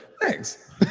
thanks